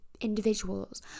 individuals